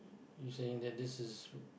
you saying that this is